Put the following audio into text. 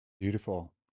Beautiful